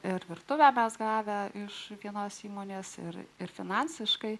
ir virtuvę mes gavę iš vienos įmonės ir ir finansiškai